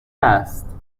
است